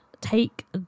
take